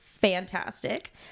fantastic